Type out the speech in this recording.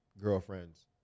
girlfriends